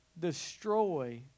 destroy